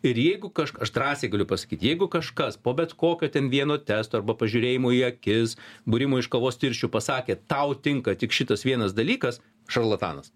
ir jeigu kažk aš drąsiai galiu pasakyt jeigu kažkas po bet kokio ten vieno testo arba pažiūrėjimo į akis būrimo iš kavos tirščių pasakė tau tinka tik šitas vienas dalykas šarlatanas